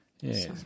Yes